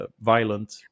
violent